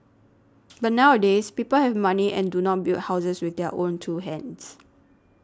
but nowadays people have money and do not build houses with their own two hands